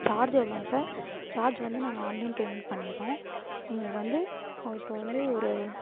charge எவ்வளோங் sir charge வந்து நாங்கள் ஆன்லைன் பேமண்ட் பண்ணிடுறோம் எங்களுக்கு வந்து அது இப்போ வந்து ஒரு